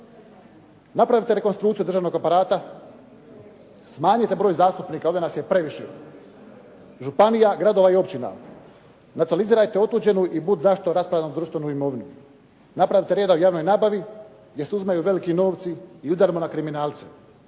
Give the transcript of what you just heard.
Napravite rekonstrukciju državnog aparata, smanjite broj zastupnika, ovdje nas je previše, županija, gradova i općina. Nacionalizirajte otuđenu i bud zašto rasprodanu društvenu imovinu. Napravite reda u javnoj nabavi gdje se uzimaju veliki novci i udarimo na kriminalce,